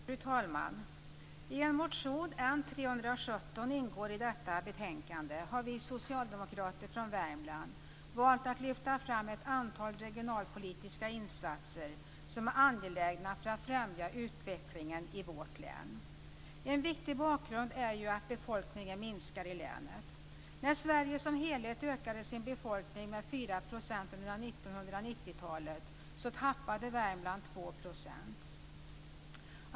Fru talman! I en motion, N317, som ingår i detta betänkande, har vi socialdemokrater från Värmland valt att lyfta fram ett antal regionalpolitiska insatser som är angelägna för att främja utvecklingen i vårt län. En viktig bakgrund är ju att befolkningen minskar i länet. När Sverige som helhet ökade sin befolkning med 4 % under 1990-talet, så tappade Värmland 2 %.